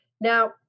now